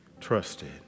trusted